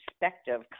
perspective